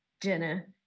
dinner